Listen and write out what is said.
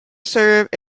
served